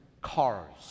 cars